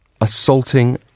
assaulting